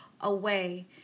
away